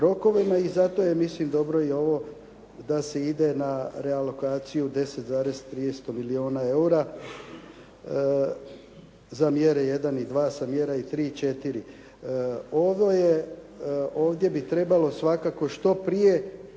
i zato je mislim dobro i ovo da se ide na realokaciju 10,3 milijuna eura, za mjere jedan i dva, sa mjera tri i četiri. Ovdje bi trebalo svakako što prije